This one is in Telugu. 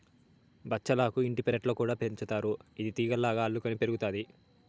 బచ్చలాకు ఇంటి పెరట్లో కూడా పెంచుతారు, ఇది తీగలుగా అల్లుకొని పెరుగుతాది